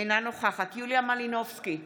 אינה נוכחת יוליה מלינובסקי קונין,